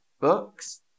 books